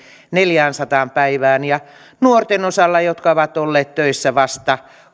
neljäänsataan päivään ja nuorten osalta jotka ovat olleet töissä vasta